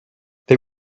they